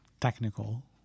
technical